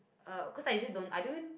uh cause I usually don't I don't